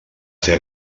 fer